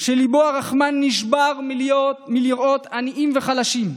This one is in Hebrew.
שליבו הרחמן נשבר מלראות עניים וחלשים,